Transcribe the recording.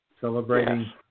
Celebrating